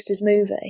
movie